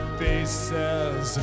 faces